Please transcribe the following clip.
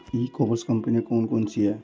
ई commerce कंपनियाँ कौन कौन सी हैं?